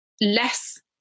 less